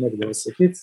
mėgdavo sakyt